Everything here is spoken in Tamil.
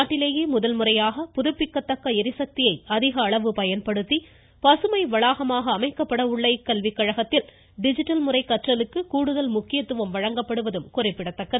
நாட்டிலேயே முதல்முறையாக புதுப்பிக்கத்தக்க ளிசக்தியை அதிக அளவு பயன்படுத்தி பசுமை வளாகமாக அமைக்கப்பட உள்ள இக்கல்விக்கழகத்தில் டிஜிட்டல் முறை கற்றலுக்கு முக்கியத்துவம் வழங்கப்படுவது குறிப்பிடத்தக்கது